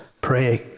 Praying